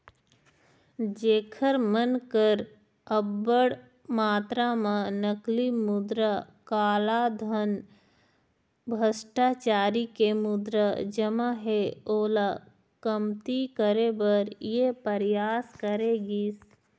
जेखर मन कर अब्बड़ मातरा म नकली मुद्रा, कालाधन, भस्टाचारी के मुद्रा जमा हे ओला कमती करे बर ये परयास करे गिस